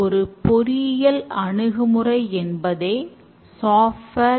தீவிர நிலையில் நடைமுறைப்படுத்துவதை காட்டுகிறது